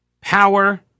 power